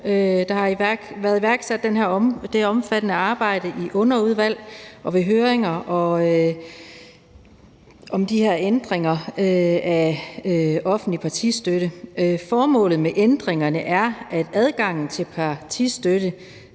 Der har været iværksat det her omfattende arbejde i underudvalg og ved høringer om de her ændringer af offentlig partistøtte. Formålet med ændringerne er, at adgangen til partistøtte